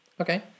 Okay